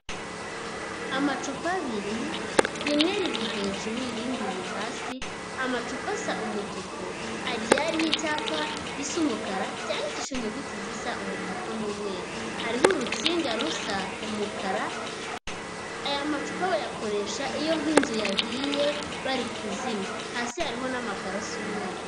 Amacupa abiri, rimwe riri hejuru irindi riri hasi, amacupa asa umutuku, agiye ariho icyapa gisa umukara cyandikishijwe inyuguti zisa umutuku n'umweru, hariho urutsinga rusa umukara, aya macupa bayakoresha iyo nk'inzu yahiye bari kuzimya, hasi hariho n'amakaro asa umweru.